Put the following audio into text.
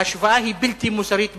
ההשוואה היא בלתי מוסרית בעליל,